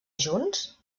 junts